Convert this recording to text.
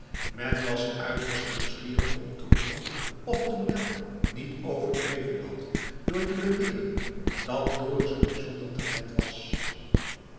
men was uiterst nieuwsgierig om te hooren of tournel niet overdreven had door te beweren dat dorus een bijzonder talent was